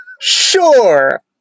Sure